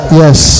yes